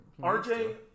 RJ